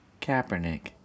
Kaepernick